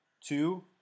Two